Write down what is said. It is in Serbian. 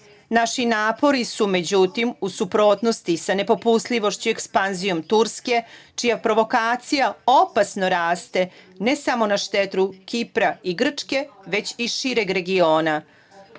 napori su međutim u suprotnosti sa nepopustljivošću i ekspanzijom Turske čija provokacija opasno raste ne samo na štetu Kipra i Grčke već i šireg regiona.